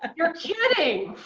ah you're kidding.